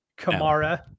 Kamara